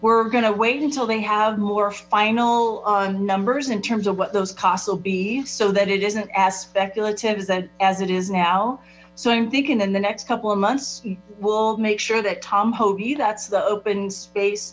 we're going to wait until they have more final numbers in terms of what those costs will be so that it isn't as speculative as it is now so i'm thinking in the next couple of months we'll make sure that tom hoagie that's the open space